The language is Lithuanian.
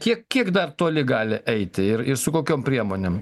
kiek kiek dar toli gali eiti ir ir su kokiom priemonėm